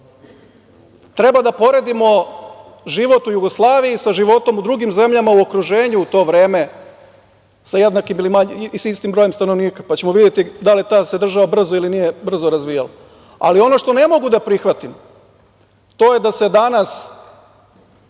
Treba da poredimo život u Jugoslaviji sa životom u drugim zemljama u okruženju u to vreme sa jednakim, istim brojem stanovnika, pa ćemo videti da li se ta država brzo ili se nije brzo razvijala. Ono što ne mogu da prihvatim je to da se danas